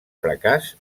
fracàs